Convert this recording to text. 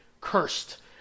cursed